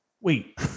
Wait